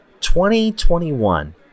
2021